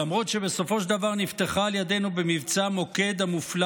למרות שבסופו של דבר נפתחה על ידנו במבצע מוקד המופלא